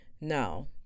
No